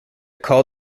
call